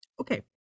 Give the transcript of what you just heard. Okay